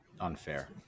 unfair